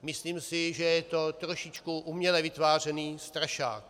Myslím si, že je to trošičku uměle vytvářený strašák.